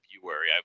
February